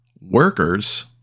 workers